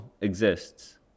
exists